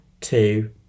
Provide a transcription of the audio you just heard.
two